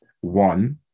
One